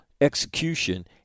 execution